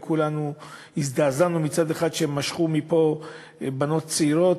וכולנו הזדעזענו מכך שמשכו מפה בנות צעירות,